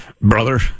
brother